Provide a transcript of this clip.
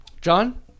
John